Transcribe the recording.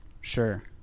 Sure